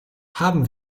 haben